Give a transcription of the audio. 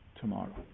Tomorrow